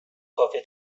کافه